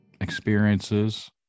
experiences